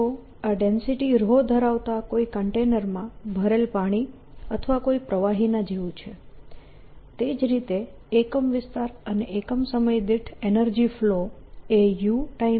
તો આ ડેન્સિટી ધરાવતા કોઈ કન્ટેનર માં ભરેલ પાણી અથવા કોઈ પ્રવાહીના જેવું છે તે જ રીતે એકમ વિસ્તાર અને એકમ સમય દીઠ એનર્જી ફ્લો એ u c છે